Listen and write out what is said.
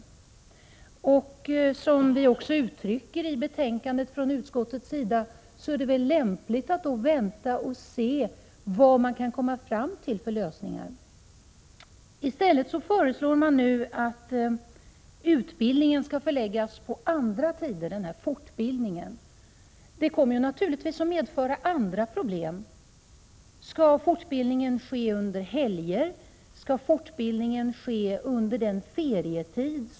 Som utskottsmajoriteten också uttrycker det i betänkandet är det väl lämpligt att vänta och se vad man kan komma fram till för lösningar. I stället föreslår reservanterna att fortbildningen skall förläggas till andra tider. Det kommer naturligtvis att medföra andra problem. Skall fortbildningen ske under helger eller skall den ske under ferietid?